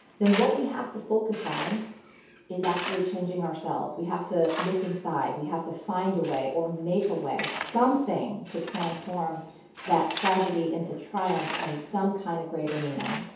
then what we have to focus on is actually changing ourselves. we have to look inside, we have to find a way or make a way, something to transform that tragedy into triumph and some kind of greater meaning.